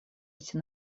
эти